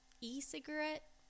e-cigarette